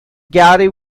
gary